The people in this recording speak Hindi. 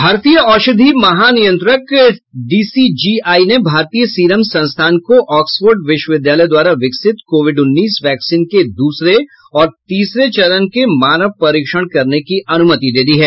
भारतीय औषधि महानियंत्रक डीसीजीआई ने भारतीय सीरम संस्थान को ऑक्सफोर्ड विश्वविद्यालय द्वारा विकसित कोविड उन्नीस वैक्सीन के दूसरे और तीसरे चरण के मानव परीक्षण करने की अनुमति दे दी है